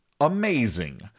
amazing